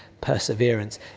perseverance